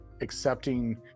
accepting